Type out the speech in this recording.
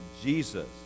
Jesus